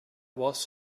was